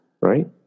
right